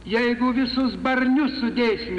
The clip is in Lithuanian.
jeigu visus barnius sudėsim